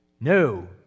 no